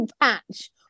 patch